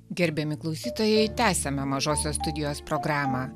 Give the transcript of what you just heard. gerbiami klausytojai tęsiame mažosios studijos programą